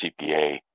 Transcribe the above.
CPA